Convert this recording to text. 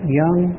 young